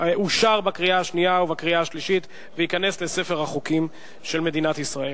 אושר בקריאה השנייה ובקריאה השלישית וייכנס לספר החוקים של מדינת ישראל.